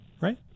Right